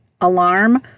alarm